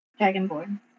Dragonborn